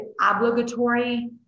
obligatory